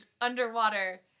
underwater